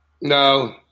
No